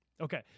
Okay